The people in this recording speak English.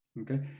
Okay